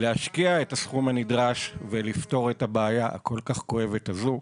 להשקיע את הסכום הנדרש ולפתור את הבעיה הכול כך כואבת הזו.